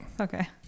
Okay